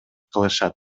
кылышат